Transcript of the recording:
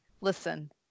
listen